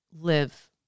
live